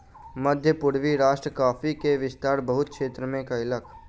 मध्य पूर्वी राष्ट्र कॉफ़ी के विस्तार बहुत क्षेत्र में कयलक